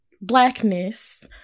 blackness